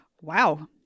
Wow